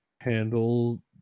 handle